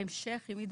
בהמשך אם יידרש.